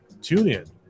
TuneIn